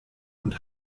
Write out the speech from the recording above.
und